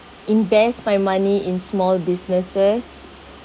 invest my money in small businesses